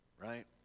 right